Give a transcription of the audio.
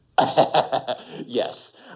yes